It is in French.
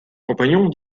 compagnon